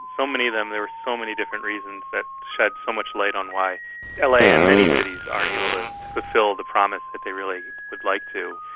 so many of them, there were so many different reasons that shed so much light on why ah la and many cities are unable to fulfil the promise that they really would like to.